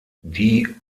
die